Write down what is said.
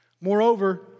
Moreover